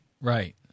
right